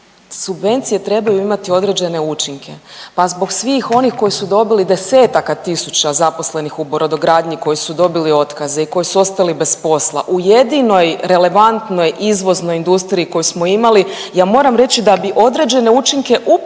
subvencije trebaju imati određene učinke, pa zbog svih onih koji su dobili desetaka tisuća zaposlenih u brodogradnji koji su dobili otkaze i koji su ostali bez posla u jedinoj relevantnoj izvoznoj industriji koju smo imali ja moram reći da bi određene učinke upravo